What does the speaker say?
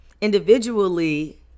individually